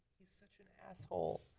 he's such an asshole.